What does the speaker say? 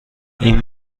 این